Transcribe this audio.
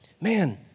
Man